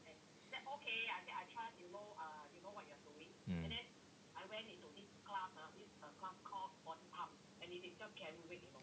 mm